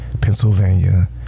Pennsylvania